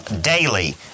daily